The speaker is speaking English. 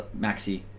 Maxi